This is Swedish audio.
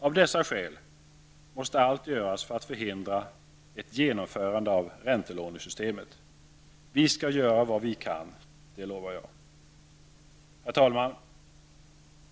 Av dessa skäl måste allt göras för att förhindra ett genomförande av räntelånesystemet. Vi skall göra vad vi kan, det lovar jag! Herr talman!